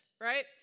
right